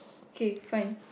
okay fine